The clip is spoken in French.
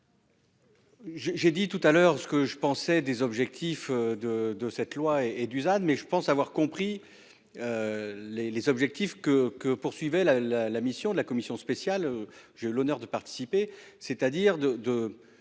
j'ai dit tout à l'heure ce que je pensais des objectifs de de cette loi et et Dusan mais je pense avoir compris. Les les objectifs que que poursuivait la la la mission de la commission spéciale j'ai l'honneur de participer, c'est-à-dire de